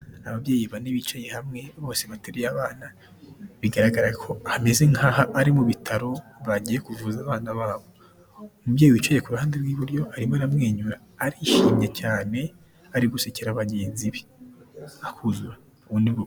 Ababyeyi bane bicaye hamwe bose bateruye abana, bigaragara ko hameze nkaho ari mu bitaro bagiye kuvuza abana babo. Umubyeyi wicaye ku ruhande rw'iburyo arimo aramwenyura, arishimye cyane ari gusekera bagenzi be. Akuzu ra undi...